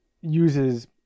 uses